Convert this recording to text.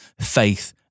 faith